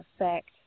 effect